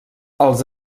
els